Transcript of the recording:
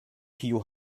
kiu